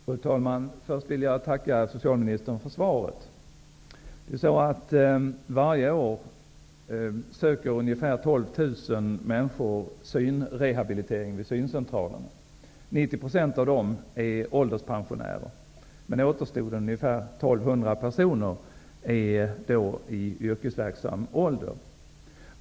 Fru talman! Först vill jag tacka socialministern för svaret. Varje år söker ungefär 12 000 människor synrehabilitering vid syncentralerna. 90 % av dem är ålderspensionärer. Men återstoden, ungefär 1 200 personer, är i yrkesverksam ålder.